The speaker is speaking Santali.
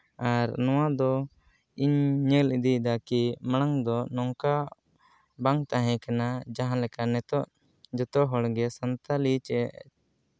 ᱟᱨ ᱱᱚᱣᱟ ᱫᱚ ᱤᱧ ᱧᱮᱞ ᱤᱫᱤᱭᱫᱟ ᱠᱤ ᱢᱟᱲᱟᱝ ᱫᱚ ᱱᱚᱝᱠᱟ ᱵᱟᱝ ᱛᱟᱦᱮᱸ ᱠᱟᱱᱟ ᱡᱟᱦᱟᱸ ᱞᱮᱠᱟ ᱱᱤᱛᱚᱜ ᱡᱚᱛᱚ ᱦᱚᱲᱜᱮ ᱥᱟᱱᱛᱟᱲᱤ ᱪᱮ